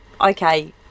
Okay